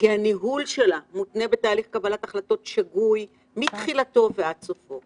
כי הניהול שלה מותנה בתהליך קבלת החלטות שגוי מתחילתו ועד סופו